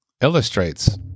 illustrates